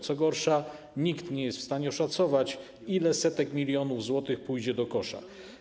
Co gorsza, nikt nie jest w stanie oszacować, ile setek milionów złotych pójdzie do kosza.